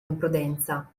imprudenza